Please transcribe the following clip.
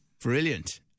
Brilliant